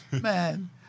man